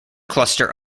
cluster